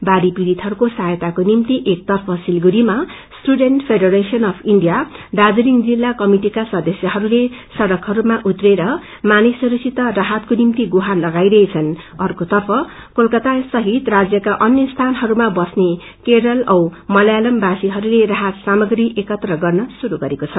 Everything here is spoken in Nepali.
बाढ़ी पीडितहरूको सहायताको निम्ति एमतर्फ सिलगङ्गीमा student federation of India Darjeeling जिल्ला कमिटिका सदस्यहरूले सङ्कहरूमा उत्रिएर मानिसहरूसित राइतको निम्ति गुहार लगाइरहेछन् भने अर्को तर्फ कोलकातासहित राज्यका अन्य स्थानहरूमा बस्ने केरल औ मल्यालम वासीहरूले राहत सामग्री एकत्र गर्न श्रूय गरेको छ